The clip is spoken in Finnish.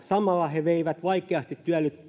samalla he veivät vaikeasti